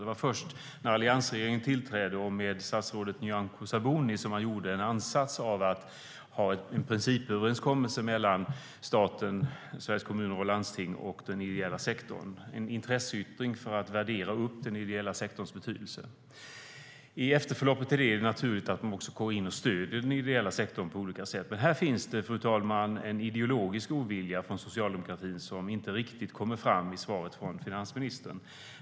Det var först när alliansregeringen tillträdde och med statsrådet Nyamko Sabuni som man gjorde en ansats till att ha en principöverenskommelse mellan staten, Sveriges Kommuner och Landsting och den ideella sektorn. Det var en intresseyttring för att värdera upp den ideella sektorns betydelse. I efterförloppet till detta är det naturligt att man går in och stöder den ideella sektorn på olika sätt. Här finns det dock, fru talman, en ideologisk ovilja från socialdemokratin som inte riktigt kommer fram i svaret från finansministern.